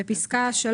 בפסקה (3),